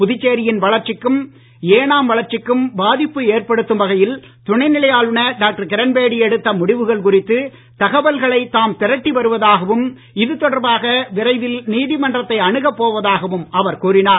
புதுச்சேரியின் வளர்ச்சிக்கும் ஏனாம் வளர்ச்சிக்கும் பாதிப்பு ஏற்படுத்தும் வகையில் துணைநிலை ஆளுநர் டாக்டர் கிரண்பேடி எடுத்த முடிவுகள் குறித்து தகவல்களை தாம் திரட்டி வருவதாகவும் இது தொடர்பாக விரைவில் நீதிமன்றத்தை அணுகப் போவதாகவும் அவர் கூறினார்